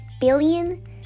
billion